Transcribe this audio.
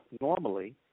normally